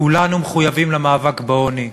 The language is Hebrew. כולנו מחויבים למאבק בעוני,